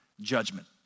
judgment